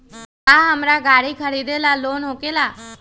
का हमरा गारी खरीदेला लोन होकेला?